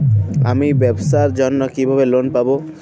আমি ব্যবসার জন্য কিভাবে লোন পাব?